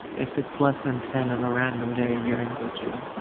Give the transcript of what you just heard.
if it's less than ten on a random day, you're in good shape.